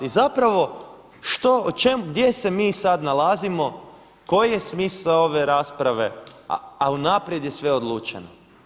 I zapravo što o čem, gdje se mi sada nalazimo, koji je smisao ove rasprave, a unaprijed je sve odlučeno?